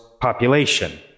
population